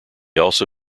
also